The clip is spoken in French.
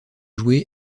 jouée